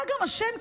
אתה גם אשם,